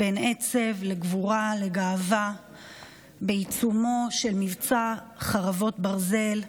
בין עצב לגבורה לגאווה בעיצומו של מבצע חרבות ברזל,